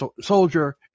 soldier